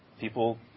People